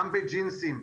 גם בג'ינסים,